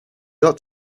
ought